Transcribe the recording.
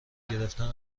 گرفتن